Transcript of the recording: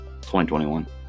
2021